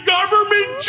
Government